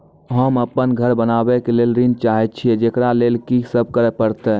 होम अपन घर बनाबै के लेल ऋण चाहे छिये, जेकरा लेल कि सब करें परतै?